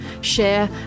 share